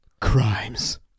Crimes